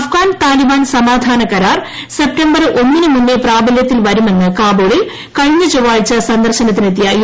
അഫ്ഗാൻ താലിബാൻ സമാ ധാന കരാർ സെപ്തംബർ ഒന്നിന് മുന്നേ പ്രാബലൃത്തിൽ വരുമെന്ന് കാബൂളിൽ കഴിഞ്ഞ ചൊവ്വാഴ്ച സന്ദർശനത്തിനെത്തിയ യു